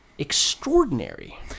extraordinary